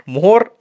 more